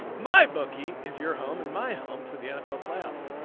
my bookie is your home and my home for the nfl playoffs.